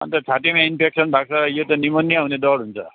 अनि त छातीमा इन्फेक्सन भएको छ यो त निमोनिया हुने डर हुन्छ